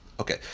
Okay